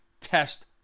test